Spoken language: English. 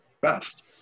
best